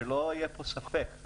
שלא יהיה פה ספק.